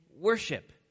worship